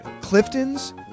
Clifton's